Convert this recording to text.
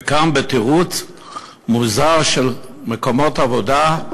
וכאן, בתירוץ מוזר של מקומות עבודה,